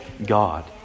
god